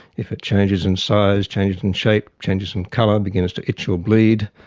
if it changes in size, changes in shape, changes in colour, begins to itch or bleed,